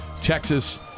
Texas